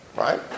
right